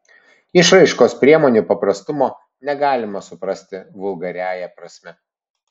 išraiškos priemonių paprastumo negalima suprasti vulgariąja prasme